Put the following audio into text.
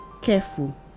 careful